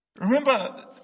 Remember